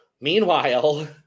meanwhile